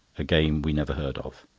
a game we never heard of.